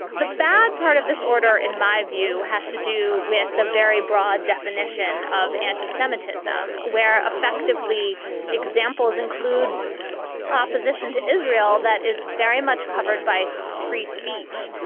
the bad part of this order, in my view, has to do with the very broad definition of anti-semitism, where effectively examples include opposition to israel that is very much covered by so free speech.